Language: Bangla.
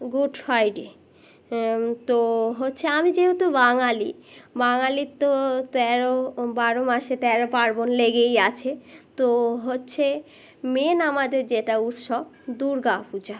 গুড ফ্রাইডে তো হচ্ছে আমি যেহেতু বাঙালি বাঙালির তো তেরো বারো মাসে তেরো পার্বণ লেগেই আছে তো হচ্ছে মেন আমাদের যেটা উৎসব দুর্গা পূজা